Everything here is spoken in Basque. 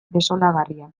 desolagarria